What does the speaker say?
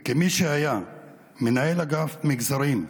וכמי שהיה מנהל אגף מגזרים,